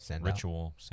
ritual